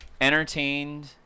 entertained